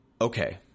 okay